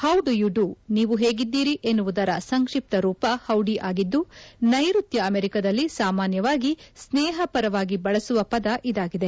how do you do ನೀವು ಹೇಗಿದ್ದೀರಿ ಎನ್ನುವುದರ ಸಂಕ್ಷಿಪ್ತ ರೂಪ ಹೌಡಿ ಆಗಿದ್ದು ನೈಋತ್ಯ ಅಮೆರಿಕದಲ್ಲಿ ಸಾಮಾನ್ಯವಾಗಿ ಸ್ನೇಹಪರವಾಗಿ ಬಳಸುವ ಪದ ಇದಾಗಿದೆ